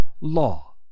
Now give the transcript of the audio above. law